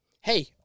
hey